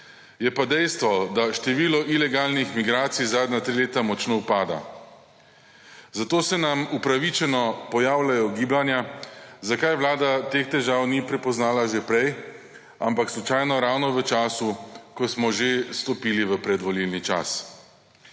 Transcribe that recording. Je pa dejstvo, da število ilegalnih migracij zadnja tri leta močno upada, zato se nam upravičeno pojavljajo ugibanja, zakaj vlada teh težav ni prepoznala že prej ampak slučajno ravno v času, ko smo že stopili v predvolilni čas.